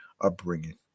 upbringing